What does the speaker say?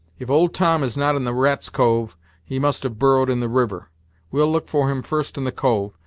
if old tom is not in the rat's cove he must have burrowed in the river we'll look for him first in the cove,